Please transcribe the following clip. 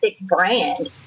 brand